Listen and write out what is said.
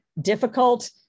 difficult